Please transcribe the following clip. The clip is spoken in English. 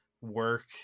work